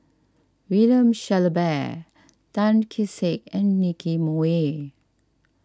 William Shellabear Tan Kee Sek and Nicky Moey